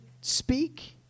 speak